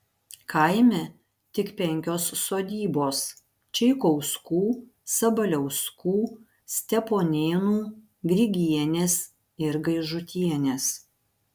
kaime tik penkios sodybos čeikauskų sabaliauskų steponėnų grigienės ir gaižutienės